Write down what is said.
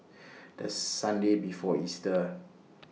The Sunday before Easter